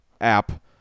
app